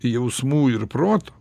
jausmų ir proto